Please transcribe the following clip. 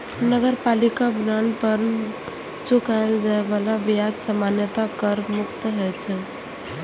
नगरपालिका बांड पर चुकाएल जाए बला ब्याज सामान्यतः कर मुक्त होइ छै